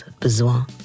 besoin